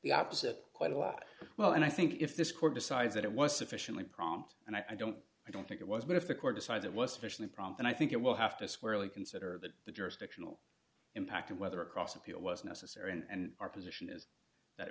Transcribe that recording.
the opposite quite a lot well and i think if this court decides that it was sufficiently prompt and i don't i don't think it was but if the court decides it was sufficiently prompt and i think it will have to squarely consider that the jurisdictional impact and whether across appeal was necessary and our position is that